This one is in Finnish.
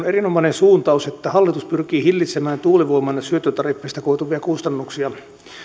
erinomainen suuntaus että hallitus pyrkii hillitsemään tuulivoiman syöttötariffista koituvia kustannuksia